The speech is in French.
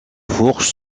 fourche